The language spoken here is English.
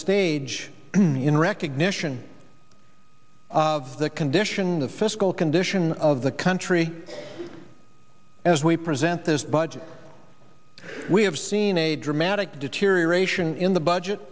stage in recognition of the condition the fiscal condition of the country as we present this budget we have seen a dramatic deterioration in the budget